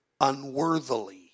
unworthily